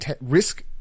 risk